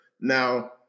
Now